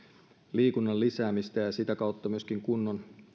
liikunnan lisäämistä ja sitä kautta myöskin kunnon